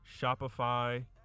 Shopify